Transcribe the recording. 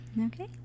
Okay